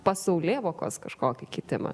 pasaulėvokos kažkokį kitimą